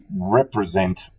represent